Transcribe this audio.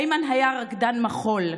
איימן היה רקדן מחול.